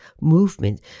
movement